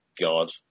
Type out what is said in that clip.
God